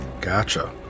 gotcha